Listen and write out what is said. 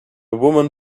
woman